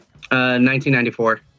1994